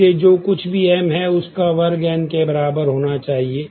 इसलिए जो कुछ भी m है उसका वर्ग n के बराबर होना चाहिए